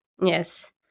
Yes